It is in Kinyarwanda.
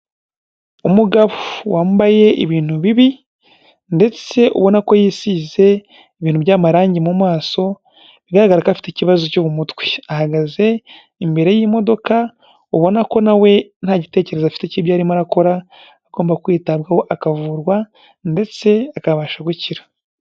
Umugabo wambaye ibintu bibi ndetse ubona ko yisize ibintu by'amarangi mu maso bigaragara ko afite ikibazo cyo mu mutwe, ahagaze imbere y'imodoka ubona ko na we nta gitekerezo afite cy'ibyo arimo arakora, agomba kwitabwaho akavurwa ndetse akabasha gukira.